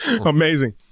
Amazing